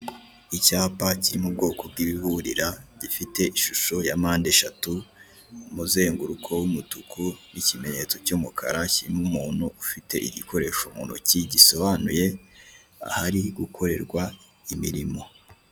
Icyapa kiri mu bwoko bw'ibiburira gifite ishusho ya mpande eshatu, umuzenguruko w'umutuku, ikimenyetso cy'umukara ,kirimo umuntu ufite igikoresho mu ntoki gisobanuye ahari gukorerwa imirimo.